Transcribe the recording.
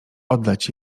oddać